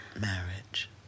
marriage